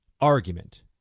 argument